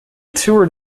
toured